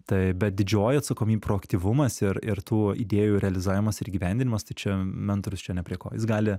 tai bet didžioji atsakomybė produktyvumas ir ir tų idėjų realizavimas ir įgyvendinimas tai čia mentorius čia ne prie ko jis gali